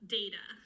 data